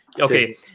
Okay